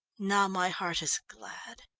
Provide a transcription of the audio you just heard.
now my heart is glad.